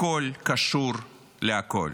הכול קשור לכול.